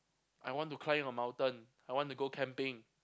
I want to climb a mountain I want to go camping